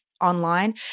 online